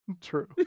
true